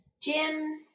jim